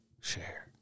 share